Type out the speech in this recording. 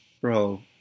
Bro